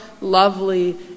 lovely